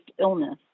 illness